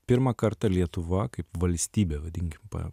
pirmą kartą lietuva kaip valstybė vadinkim pa